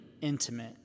intimate